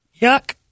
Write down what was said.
Yuck